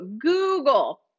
google